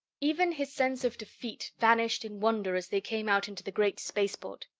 even his sense of defeat vanished in wonder as they came out into the great spaceport.